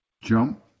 jump